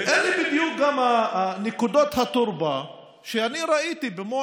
ואלה בדיוק גם נקודות התורפה שאני ראיתי במו